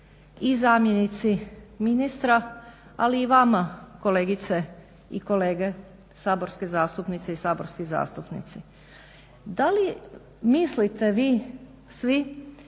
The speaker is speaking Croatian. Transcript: i zamjenici ministra, ali i vama kolegice i kolege saborske zastupnice i saborski zastupnici da li mislite vi svi